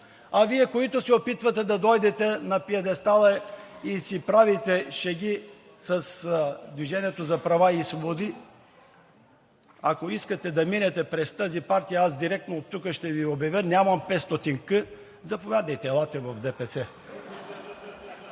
а Вие, които се опитвате да дойдете на пиедестала и си правите шеги с „Движението за права и свободи“, ако искате да минете през тази партия, а директно оттук ще Ви обявя: „Нямам „500К.“ Заповядайте, елате в ДПС.